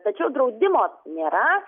tačiau draudimo nėra